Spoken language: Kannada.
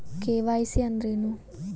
ಕೆ.ವೈ.ಸಿ ಅಂದ್ರೇನು?